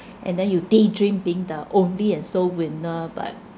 and then you daydream being the only and sole winner but